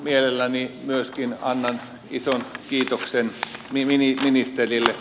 mielelläni myöskin annan ison kiitoksen ministerille